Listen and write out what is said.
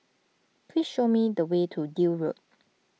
please show me the way to Deal Road